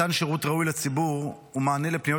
מתן שירות ראוי לציבור ומענה על פניות